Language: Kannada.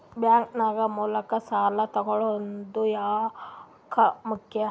ಬ್ಯಾಂಕ್ ನ ಮೂಲಕ ಸಾಲ ತಗೊಳ್ಳೋದು ಯಾಕ ಮುಖ್ಯ?